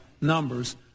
numbers